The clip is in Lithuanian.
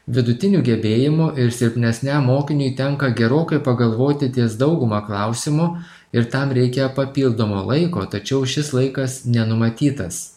vidutinių gebėjimų ir silpnesniam mokiniui tenka gerokai pagalvoti ties dauguma klausimų ir tam reikia papildomo laiko tačiau šis laikas nenumatytas